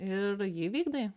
ir jį vykdai